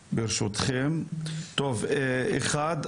אחד,